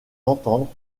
entendre